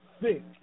thick